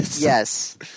Yes